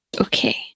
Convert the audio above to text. Okay